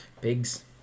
pigs